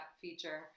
feature